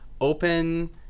open